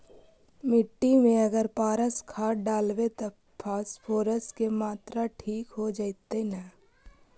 मिट्टी में अगर पारस खाद डालबै त फास्फोरस के माऋआ ठिक हो जितै न?